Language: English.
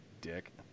dick